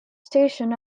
station